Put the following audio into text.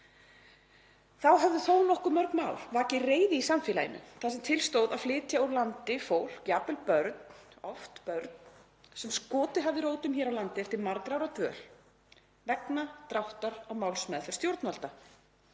Þá höfðu þó nokkuð mörg mál vakið reiði í samfélaginu þar sem til stóð að flytja úr landi fólk, jafnvel börn, oft börn, sem skotið hafði rótum hér á landi eftir margra ára dvöl, vegna dráttar á málsmeðferð stjórnvalda.